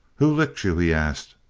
who licked you? he asked,